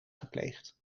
gepleegd